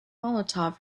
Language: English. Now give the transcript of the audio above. molotov